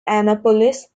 annapolis